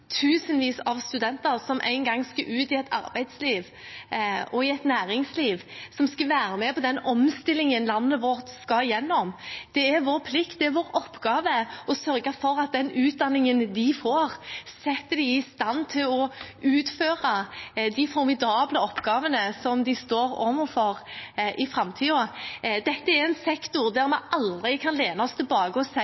tusenvis av studenter som en gang skal ut i et arbeidsliv og i et næringsliv som skal være med på den omstillingen landet vårt skal gjennom. Det er vår plikt, det er vår oppgave, å sørge for at den utdanningen de får, setter dem i stand til å utføre de formidable oppgavene de står overfor i framtiden. Dette er en sektor der